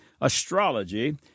astrology